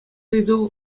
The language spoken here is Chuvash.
ыйту